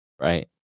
Right